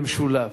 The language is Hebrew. במשולב.